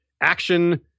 action